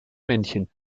männchen